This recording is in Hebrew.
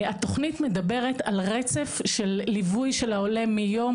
התוכנית מדברת על רצף של ליווי של העולה מיום